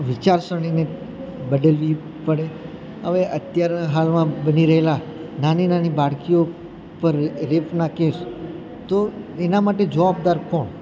વિચારસરણીને બદલવી પડે હવે અત્યારના હાલમાં બની રહેલા નાની નાની બાળકીઓ પર રેપના કેસ તો એના માટે જવાબદાર કોણ